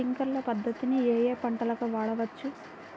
Sprinkler పద్ధతిని ఏ ఏ పంటలకు వాడవచ్చు?